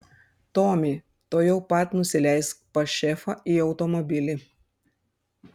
tomi tuojau pat nusileisk pas šefą į automobilį